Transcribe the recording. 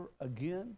again